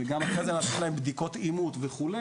וגם אחרי זה עושים להם בדיקות אימות וכו',